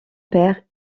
père